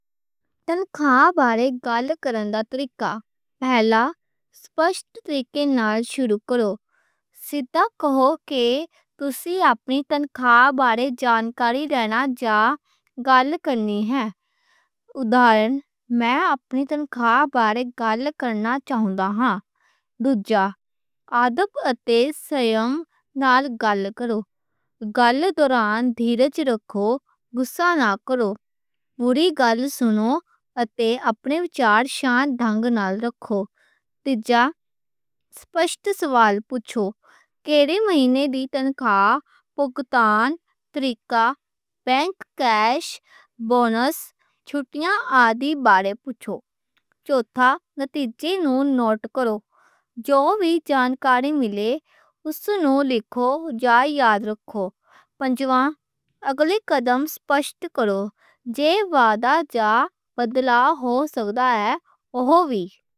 تنخوا بارے گال کرنا طریقہ پہلا، سپشت طریقے نال شروع کرو۔ سدھا کہو کے تُسی اپنی تنخوا بارے جانکاری دینا جا گال کرنی ہے۔ اُدارن، میں اپنی تنخوا بارے گال کرنا چاہُندا ہاں۔ دُوجا، ادب اتے دھیرج نال گال کرو۔ گال دُران دھیرج رکھو، غصہ نا کرو۔ پوری گال سُنو اتے اپنے ویچار شانت ڈھنگ نال رکھو۔ تیجا، سپشت سوال پُچھو۔ کیرے مہینے دی تنخوا، پُچھتاں، طریقہ، بینک، کیش، بونس، چھُٹیاں آدی بارے پُچھو۔ چوتھا، نتیجے نُوں نوٹ کرو۔ جو وی جانکاری مِلے اُس نُوں لکھو جا یاد رکھو۔ پنجواں، اگلے قدم سپشت کرو۔ وعدہ اتے بدلا ہو گی۔